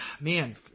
man